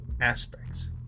aspects